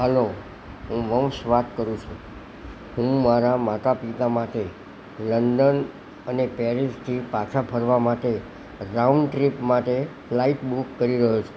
હાલો હું વંશ વાત કરું છું હું મારા માતાપિતા માટે લંડન અને પેરિસથી પાછા ફરવા માટે રાઉન્ડ ટ્રીપ માટે ફ્લાઇટ બુક કરી રહ્યો છું